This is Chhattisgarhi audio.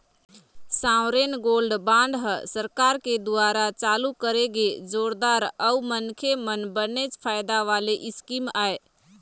सॉवरेन गोल्ड बांड ह सरकार के दुवारा चालू करे गे जोरदार अउ मनखे मन बनेच फायदा वाले स्कीम आय